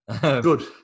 good